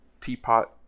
teapot